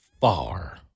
far